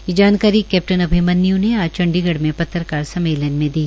ये जानकारी कैप्टन अभिमन्यू ने आज चंडीगढ़ में पत्रकार सम्मेलन मे दी